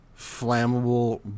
flammable